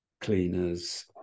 cleaners